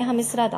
מהמשרד עצמו.